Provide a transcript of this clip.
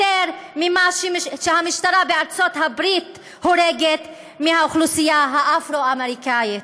יותר ממה שהמשטרה בארצות הברית הורגת באוכלוסייה האפרו-אמריקאית.